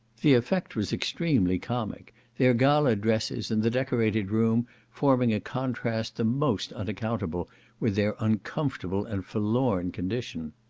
the effect was extremely comic their gala dresses and the decorated room forming a contrast the most unaccountable with their uncomfortable and forlorn condition.